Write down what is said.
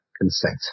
consent